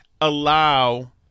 allow